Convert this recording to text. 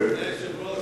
היושב-ראש,